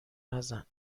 نزن